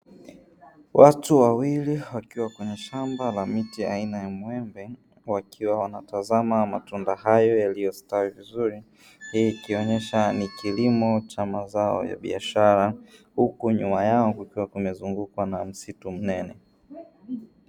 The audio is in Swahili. Watu wawili wakiwa kwenye shamba la miti aina ya miembe wakiwa wanatazama matunda haya yaliyostawi vizuri. Hii ikionyesha ni kilimo cha mazao ya biashara, huku nyuma yao kukiwa kumezungukwa na msitu mnene.